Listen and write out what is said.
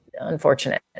Unfortunate